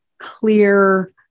clear